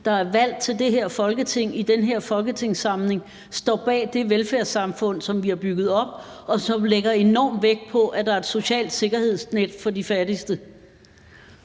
der er valgt til det her Folketing i den her folketingssamling, står bag det velfærdssamfund, som vi har bygget op, og hvor der lægges enorm vægt på, at der er et socialt sikkerhedsnet for de fattigste?